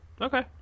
Okay